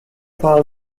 palm